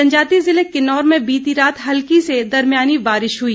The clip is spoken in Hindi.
जनजातीय जिले किन्नौर में बीती रात हल्की से दरमियानी बारिश हुई